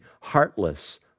heartless